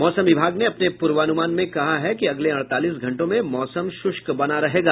मौसम विभाग ने अपने पूर्वानुमान में कहा है कि अगले अड़तालीस घंटों में मौसम शुष्क बना रहेगा